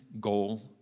goal